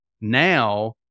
Now